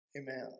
amen